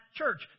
church